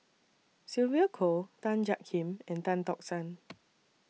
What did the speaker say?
Sylvia Kho Tan Jiak Kim and Tan Tock San